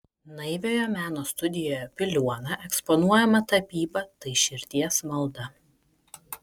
naiviojo meno studijoje piliuona eksponuojama tapyba tai širdies malda